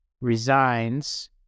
resigns